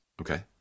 Okay